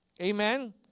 Amen